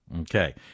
okay